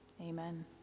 Amen